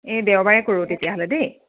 এই দেওবাৰে কৰো তেতিয়াহ'লে দেই